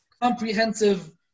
comprehensive